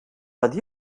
but